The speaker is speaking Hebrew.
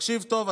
תקשיב טוב,